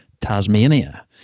Tasmania